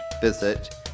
visit